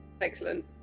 Excellent